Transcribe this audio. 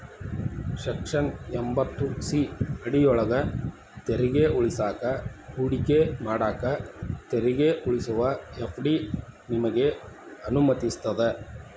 section ಎಂಭತ್ತು C ಅಡಿಯೊಳ್ಗ ತೆರಿಗೆ ಉಳಿಸಾಕ ಹೂಡಿಕೆ ಮಾಡಾಕ ತೆರಿಗೆ ಉಳಿಸುವ ಎಫ್.ಡಿ ನಿಮಗೆ ಅನುಮತಿಸ್ತದ